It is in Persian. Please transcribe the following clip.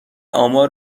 آمار